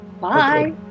Bye